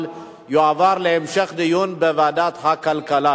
הועברו להתייחסות חברת "אל על".